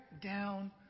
down